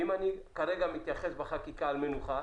ואם אני כרגע מתייחס בחקיקה למנוחה,